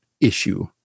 issue